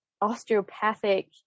osteopathic